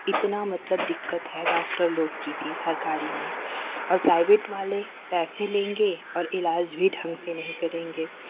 इतना मतलब दिक्कत है डॉक्टर लोग की भी सरकारी में और प्राइवेट वाले पैसे लेंगे और ईलाज भी ढंग से नहीं करेंगे